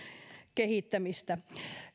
kehittämistä